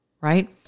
Right